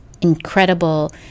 incredible